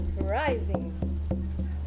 rising